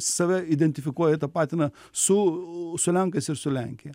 save identifikuoja tapatina su su lenkais ir su lenkija